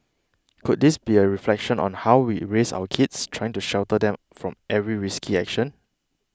could this be a reflection on how we raise our kids trying to shelter them from every risky action